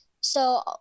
So-